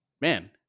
man